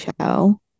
show